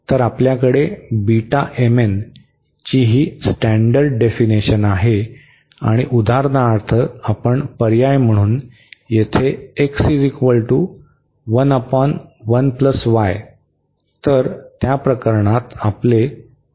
तर आपल्याकडे ची ही स्टॅंडर्ड डेफिनिशन आहे आणि उदाहरणार्थ आपण पर्याय म्हणून येथे तर त्या प्रकरणात आपले होईल